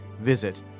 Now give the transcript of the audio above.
Visit